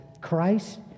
Christ